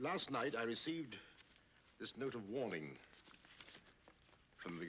last night i received this note of warning from the